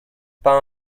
pas